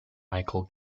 michael